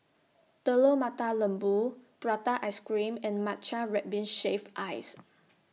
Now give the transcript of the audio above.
Telur Mata Lembu Prata Ice Cream and Matcha Red Bean Shaved Ice